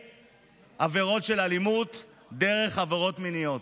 מעבירות של אלימות דרך עבירות מיניות.